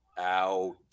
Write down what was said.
Out